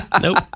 Nope